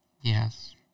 Yes